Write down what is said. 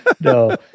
No